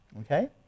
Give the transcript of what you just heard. Okay